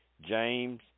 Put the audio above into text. James